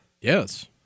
Yes